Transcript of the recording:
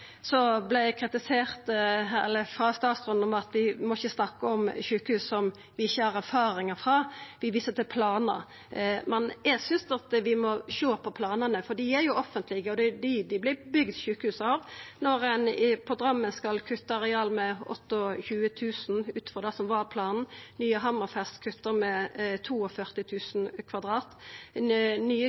eg kritisert av statsråden: Vi må ikkje snakka om sjukehus som vi ikkje har erfaring frå. Vi viser til planar. Eg synest at vi må sjå på planane, dei er jo offentlege, og det er dei det vert bygt sjukehus ut frå. I Drammen skal ein kutta areal med 28 000 kvadratmeter ut frå det som var planen, Nye Hammerfest kuttar med 42 000 kvadratmeter, det nye